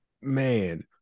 Man